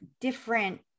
different